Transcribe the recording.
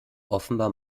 offenbar